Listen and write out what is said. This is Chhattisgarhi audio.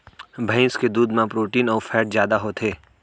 भईंस के दूद म प्रोटीन अउ फैट जादा होथे